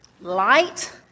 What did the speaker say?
light